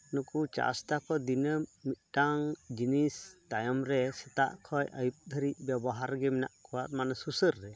ᱱᱩᱠᱩ ᱪᱟᱥ ᱮᱫᱟᱠᱚ ᱫᱤᱱᱟᱹᱢ ᱢᱤᱫᱴᱟᱝ ᱡᱤᱱᱤᱥ ᱛᱟᱭᱚᱢ ᱨᱮ ᱥᱮᱛᱟᱜ ᱠᱷᱚᱱ ᱟᱹᱭᱩᱵᱽ ᱫᱷᱟᱹᱨᱤᱡ ᱵᱮᱵᱚᱦᱟᱨ ᱨᱮᱜᱮ ᱢᱮᱱᱟᱜ ᱠᱚᱣᱟ ᱢᱟᱱᱮ ᱥᱩᱥᱟᱹᱨ ᱨᱮ